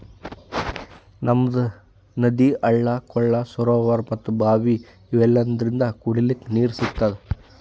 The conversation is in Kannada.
ನಮ್ಗ್ ನದಿ ಹಳ್ಳ ಕೊಳ್ಳ ಸರೋವರಾ ಮತ್ತ್ ಭಾವಿ ಇವೆಲ್ಲದ್ರಿಂದ್ ಕುಡಿಲಿಕ್ಕ್ ನೀರ್ ಸಿಗ್ತದ